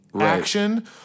action